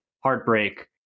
heartbreak